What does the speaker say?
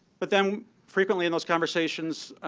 but then frequently in those conversations,